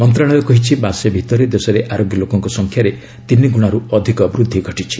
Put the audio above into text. ମନ୍ତ୍ରଣାଳୟ କହିଛି ମାସେ ଭିତରେ ଦେଶରେ ଆରୋଗ୍ୟ ଲୋକଙ୍କ ସଂଖ୍ୟାରେ ତିନିଗୁଣାରୁ ଅଧିକ ବୃଦ୍ଧି ଘଟିଛି